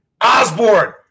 Osborne